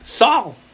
Saul